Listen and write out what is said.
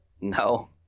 no